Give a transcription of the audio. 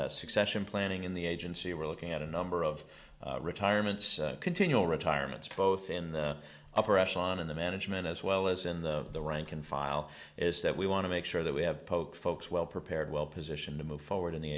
at succession planning in the agency we're looking at a number of retirements continual retirements both in the upper echelon in the management as well as in the rank and file is that we want to make sure that we have poked folks well prepared well positioned to move forward in the